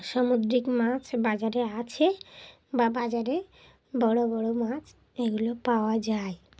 সামুদ্রিক মাছ বাজারে আছে বা বাজারে বড়ো বড়ো মাছ এগুলো পাওয়া যায়